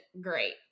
great